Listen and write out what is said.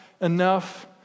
enough